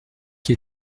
qui